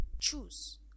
choose